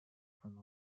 from